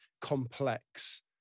complex